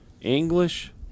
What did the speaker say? English